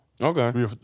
Okay